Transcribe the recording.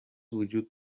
وجود